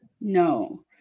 No